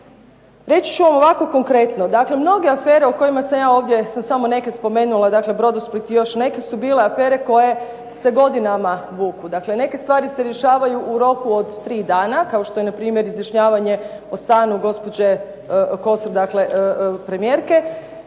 Reći ću vam ovako konkretno. Dakle, mnoge afere o kojima sam ja ovdje sam samo neke spomenula, dakle "Brodosplit" i još neke su bile afere koje se godinama vuku. Dakle, neke stvari se rješavaju u roku od tri dana kao što je na primjer izjašnjavanje o stanu gospođe Kosor, dakle premijerke.